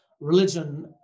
religion